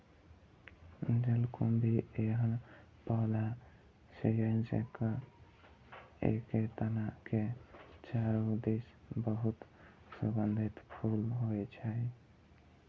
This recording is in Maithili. जलकुंभी एहन पौधा छियै, जेकर एके तना के चारू दिस बहुत सुगंधित फूल होइ छै